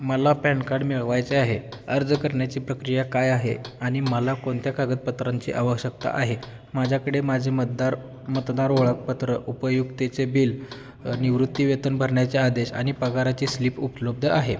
मला PAN card मिळवायचे आहे अर्ज करण्याची प्रक्रिया काय आहे आणि मला कोणत्या कागदपत्रांची आवश्यकता आहे माझ्याकडे माझे मतदार मतदार ओळखपत्र उपयुक्ततेचे बिल निवृत्ती वेतन भरण्याचे आदेश आणि पगाराची स्लिप उपलब्ध आहे